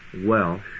Welsh